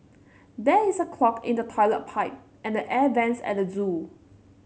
there is a clog in the toilet pipe and the air vents at the zoo